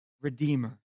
redeemer